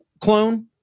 clone